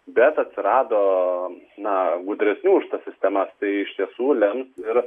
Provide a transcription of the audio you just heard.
bet atsirado na gudresni už tas sistemas tai iš tiesų lems ir